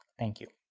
thank you.